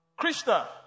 Krishna